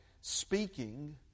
speaking